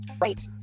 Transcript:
right